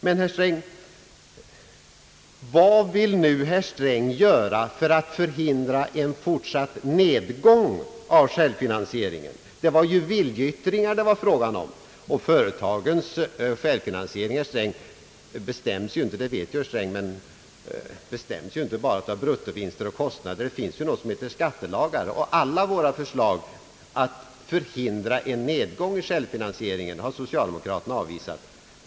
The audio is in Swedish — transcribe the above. Men vad vill herr Sträng nu göra för att förhindra en fortsatt nedgång av självfinansieringen? Det var ju viljeyttringar det var fråga om, och företagens självfinansiering bestäms inte bara av bruttovinster och kostnader — det vet ju herr Sträng — utan det finns ju något som kallas skattelagar. Alla våra förslag att förhindra en nedgång i självfinansieringen har socialdemokraterna avvisat.